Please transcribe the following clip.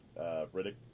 Riddick